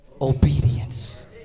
obedience